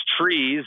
trees